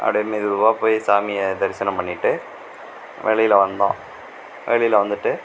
அப்படியே மெது மெதுவாக போய் சாமியை தரிசனம் பண்ணிவிட்டு வெளியில் வந்தோம் வெளியில் வந்துட்டு